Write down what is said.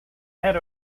head